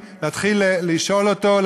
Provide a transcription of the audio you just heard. להתחיל לשאול אותו,